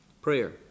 Prayer